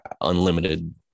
unlimited